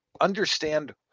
understand